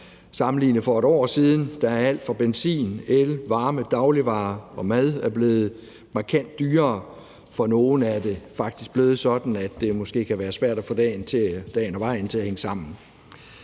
almindelige dansker er alt fra benzin, el, varme, dagligvarer og mad blevet markant dyrere. For nogle er det faktisk blevet sådan, at det måske kan være svært at få det til at hænge sammen